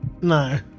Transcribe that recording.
No